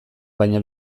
baina